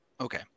Okay